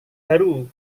baru